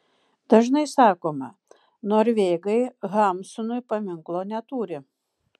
dažnai sakoma norvegai hamsunui paminklo neturi